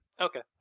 Okay